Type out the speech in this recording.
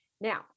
Now